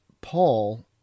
Paul